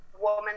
woman